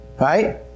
Right